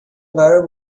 قراره